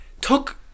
took